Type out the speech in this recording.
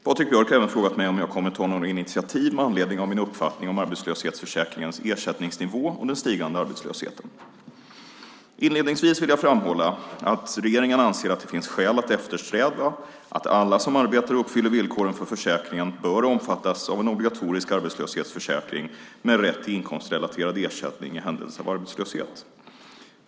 Patrik Björck har även frågat mig om jag kommer att ta några initiativ med anledning av min uppfattning om arbetslöshetsförsäkringens ersättningsnivå och den stigande arbetslösheten. Inledningsvis vill jag framhålla att regeringen anser att det finns skäl att eftersträva att alla som arbetar och uppfyller villkoren för försäkringen bör omfattas av en obligatorisk arbetslöshetsförsäkring med rätt till inkomstrelaterad ersättning i händelse av arbetslöshet.